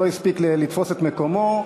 שלא הספיק לתפוס את מקומו.